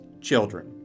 children